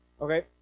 Okay